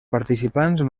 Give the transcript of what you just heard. participants